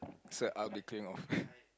sir i'll be clearing off